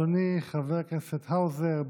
אדוני חבר הכנסת האוזר,